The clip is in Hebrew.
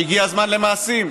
שהגיע הזמן למעשים,